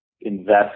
invest